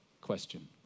question